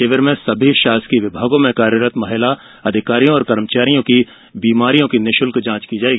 शिविर में सभी शासकीय विभागों में कार्यरत महिला अधिकारियों कर्मचारियों की बीमारियों की निःशुल्क जॉच की जाएगी